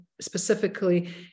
specifically